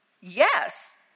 Yes